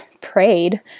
prayed